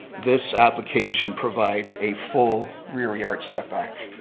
this application provides a full rear yard setback,